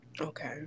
Okay